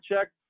check